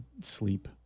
sleep